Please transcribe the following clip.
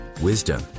wisdom